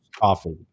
coffee